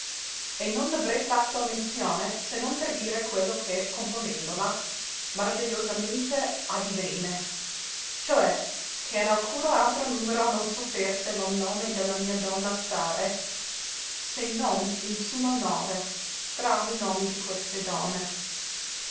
e non n'avrei fatto menzione se non per dire quello che componendola maravigliosamente addivenne cioè che in alcuno altro numero non sofferse lo nome de la mia donna stare se non in su lo nove tra li nomi di queste donne